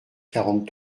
quarante